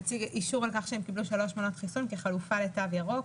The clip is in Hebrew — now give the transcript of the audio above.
אישור על כך שהם קיבלו שלוש מנות חיסון כחלופה לתו ירוק.